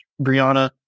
brianna